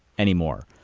anymore.